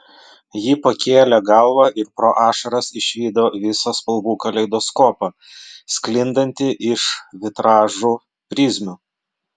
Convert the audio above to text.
ji pakėlė galvą ir pro ašaras išvydo visą spalvų kaleidoskopą sklindantį iš vitražų prizmių